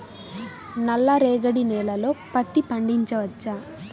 నల్ల రేగడి నేలలో పత్తి పండించవచ్చా?